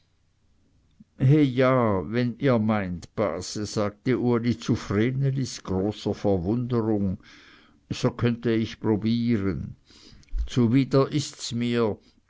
ja wenn ihr meint base sagte uli zu vrenelis großer verwunderung so könnte ich probieren zuwider ists mir